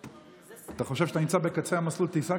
אתה חושב שאתה נמצא בקצה מסלול הטיסה,